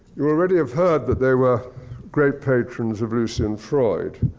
you already have heard that they were great patrons of lucian freud.